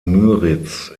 müritz